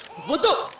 mother